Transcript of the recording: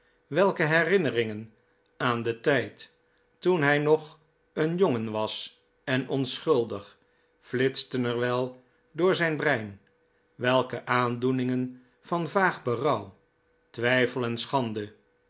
welke herinneringen aan den tijd toen hij nog een jongen was en onschuldig flitsten er wel door zijn brein welke aandoeningen van vaag berouw twijfel en schande